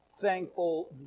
thankful